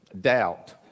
doubt